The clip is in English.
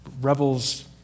rebels